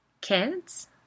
Kids